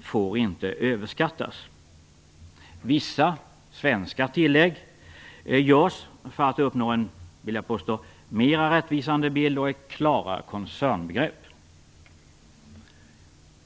får inte överskattas. Vissa svenska tillägg görs för att uppnå en mera rättvisande bild och ett klarare koncernbegrepp.